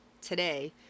today